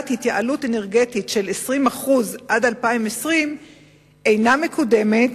התייעלות אנרגטית של 20% עד 2020 אינה מקודמת